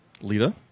Lita